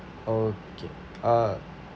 okay uh